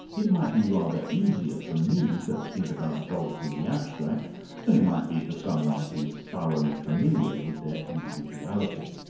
it might be rather easier for me to think about dogs in the abstract than it might be for someone who's thoroughly familiar with their individuality.